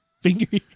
finger